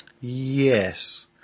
Yes